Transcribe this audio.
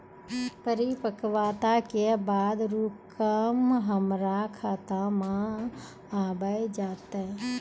परिपक्वता के बाद रकम हमरा खाता मे आबी जेतै?